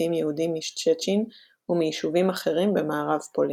פליטים יהודים משצ'צ'ין ומיישובים אחרים במערב פולין.